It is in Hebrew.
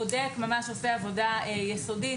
בודק ועושה עבודה יסודית.